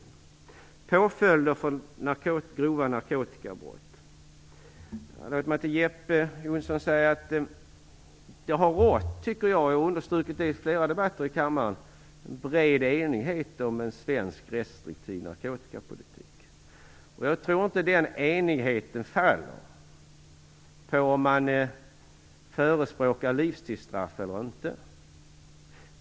I stället går jag till frågan om påföljder för grova narkotikabrott. Låt mig till Jeppe Johnsson säga att jag tycker att det har rått en bred enighet - jag har understrukit det i flera debatter i kammaren - om svensk restriktiv narkotikapolitik. Jag tror inte att den enigheten faller på frågan om man förespråkar livstidsstraff eller inte.